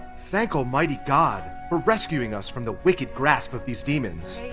thank almighty god for rescuing us from the wicked grasp of these demons!